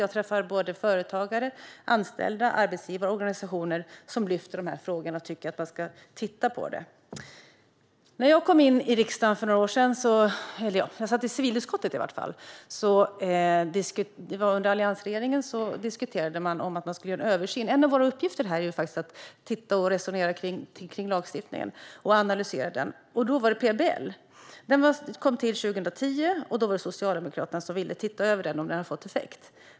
Jag träffar företagare, anställda och arbetsgivarorganisationer som lyfter dessa frågor och tycker att man ska titta på dem. När jag satt i civilutskottet under alliansregeringen diskuterade man om det skulle göras en översyn. En av våra uppgifter är ju att titta på, analysera och resonera kring lagstiftningen. Då handlade det om PBL, som kom till 2010, och det var Socialdemokraterna som ville se om den lagen hade fått effekt.